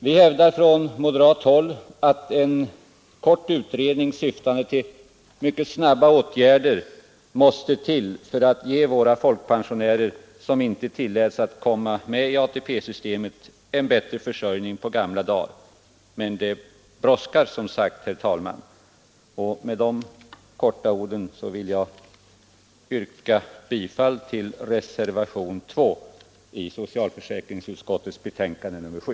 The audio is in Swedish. Vi hävdar från moderat håll att en kort utredning, syftande till mycket snabba åtgärder, måste till för att ge våra folkpensionärer, som inte tilläts komma med i ATP-systemet, en bättre försörjning på gamla dagar. Men det brådskar som sagt. Med dessa ord, herr talman, ber jag att få yrka bifall till reservationen 2 i socialförsäkringsutskottets betänkande nr 7.